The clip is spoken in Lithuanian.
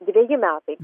dveji metai